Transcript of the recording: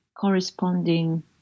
corresponding